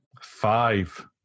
Five